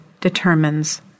determines